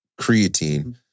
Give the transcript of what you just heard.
creatine